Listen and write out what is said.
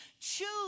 choose